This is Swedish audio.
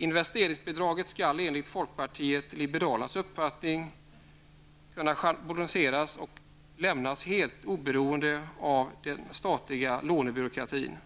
Investeringsbidraget skall enligt folkpartiet liberalernas uppfattning kunna schabloniseras och lämnas helt oberoende av den statliga lånebyråkratin.